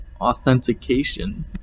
authentication